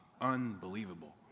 Unbelievable